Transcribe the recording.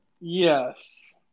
Yes